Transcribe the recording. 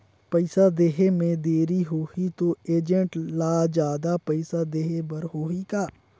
पइसा देहे मे देरी होही तो एजेंट ला जादा पइसा देही बर होही का?